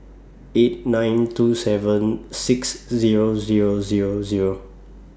eight nine two seven six Zero Zero Zero